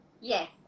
Yes